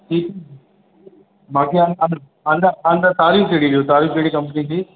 C मांखे हा अंदरि अंदररि तारूं कहिड़ी ॾियो तारूं कहिड़ी कंपनी जी